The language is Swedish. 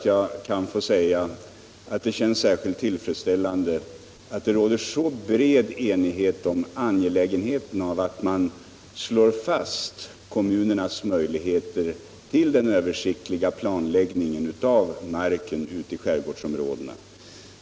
Jag tycker att det känns särskilt tillfredsställande att veta att det råder så bred enighet om angelägenheten av att slå fast kommunernas möjligheter till den översiktliga planläggningen av marken ute i skärgårdsområdena.